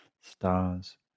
stars